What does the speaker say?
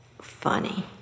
funny